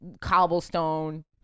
Cobblestone